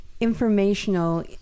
informational